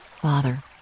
father